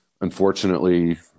unfortunately